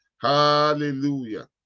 Hallelujah